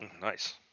Nice